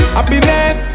Happiness